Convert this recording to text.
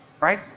right